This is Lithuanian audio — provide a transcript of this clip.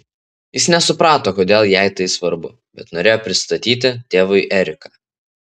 jis nesuprato kodėl jai tai svarbu bet norėjo pristatyti tėvui eriką